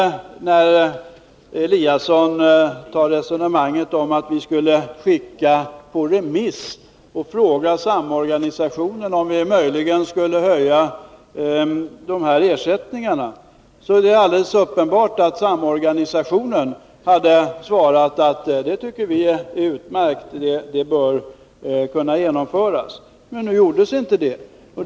Ingemar Eliasson tog upp ett resonemang om att vi till samorganisationen skulle ha skickat en remiss och frågat om vi möjligen skulle höja dessa ersättningar. Det är alldeles uppenbart att samorganisationen hade svarat: Det tycker vi är utmärkt. Det bör kunna genomföras. Men nu skickades det inte någon remiss.